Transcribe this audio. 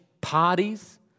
parties